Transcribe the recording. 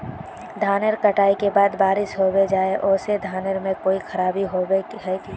धानेर कटाई के बाद बारिश होबे जाए है ओ से धानेर में कोई खराबी होबे है की?